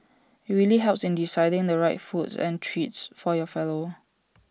IT really helps in deciding the right foods and treats for your fellow